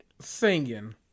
singing